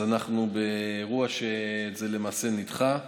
אז אנחנו באירוע שנדחה.